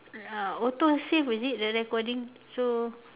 uh autosave is it the recording so